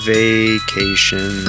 vacation